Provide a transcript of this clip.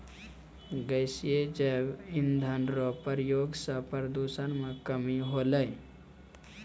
गैसीय जैव इंधन रो प्रयोग से प्रदूषण मे कमी होलै